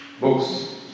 books